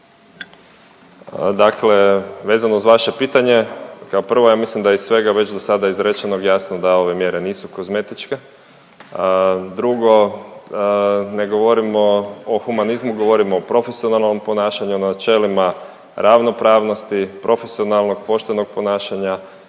Dakle vezano uz vaše pitanje, kao prvo ja mislim da je iz svega već dosada izrečenog jasno da ove mjere nisu kozmetičke. Drugo, ne govorimo o humanizmu, govorimo o profesionalnom ponašanju, načelima ravnopravnosti, profesionalnog, poštenog ponašanja,